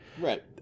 right